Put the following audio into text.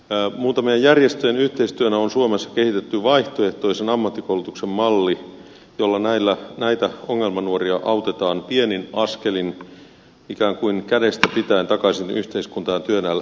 muutamien järjestöjen yhteistyönä on suomessa kehitetty vaihtoehtoisen ammattikoulutuksen malli jolla näitä ongelmanuoria autetaan pienin askelin ikään kuin kädestä pitäen takaisin yhteiskuntaan ja työelämään